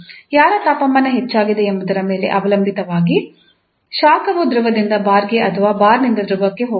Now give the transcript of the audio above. ಯಾರ ತಾಪಮಾನ ಹೆಚ್ಚಾಗಿದೆ ಎಂಬುದರ ಮೇಲೆ ಅವಲಂಬಿತವಾಗಿ ಶಾಖವು ದ್ರವದಿಂದ ಬಾರ್ಗೆ ಅಥವಾ ಬಾರ್ನಿಂದ ದ್ರವಕ್ಕೆ ಹೋಗುತ್ತದೆ